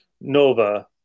Nova